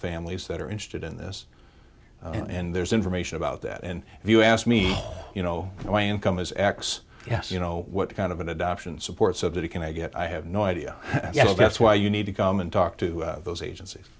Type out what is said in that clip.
families that are interested in this and there's information about that and if you ask me you know my income is x yes you know what kind of an adoption support so that it can i get i have no idea that's why you need to come and talk to those agencies